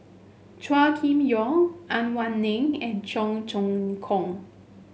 Chua Kim Yeow Ang Wei Neng and Cheong Choong Kong